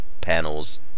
panels